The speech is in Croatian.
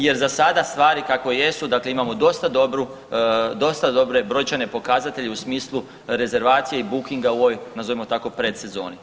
Jer za sada stvari kako jesu, dakle imamo dosta dobre brojčane pokazatelje u smislu rezervacije i bookinga u ovoj nazovimo tako predsezoni.